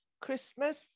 Christmas